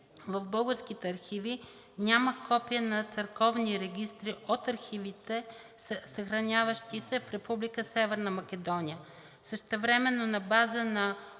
В българските архиви няма копие на църковните регистри от архивите, съхраняващи се в Република Северна Македония. Същевременно на базата